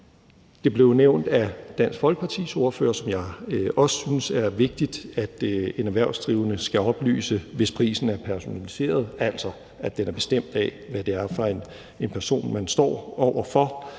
Det blev nævnt af Dansk Folkepartis ordfører – og jeg synes også, det er vigtigt – at en erhvervsdrivende skal oplyse, hvis prisen er personaliseret, altså at den er bestemt af, hvad det er for en person, man står over for,